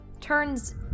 turns